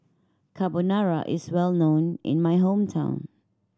carbonara is well known in my hometown